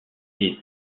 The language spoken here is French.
est